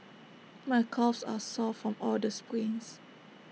my calves are sore from all the sprints